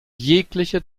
jegliche